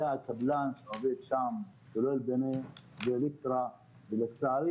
הקבלן שעובד שם הוא חברת סולל בונה-אלקטרה ולצערי